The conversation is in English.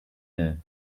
air